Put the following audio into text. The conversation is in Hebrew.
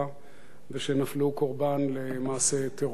ושנפלו קורבן למעשה טרור.